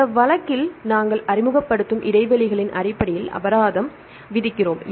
இந்த வழக்கில் நாங்கள் அறிமுகப்படுத்தும் இடைவெளிகளின் அடிப்படையில் அபராதம் விதிக்கிறோம்